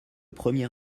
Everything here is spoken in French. premier